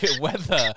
weather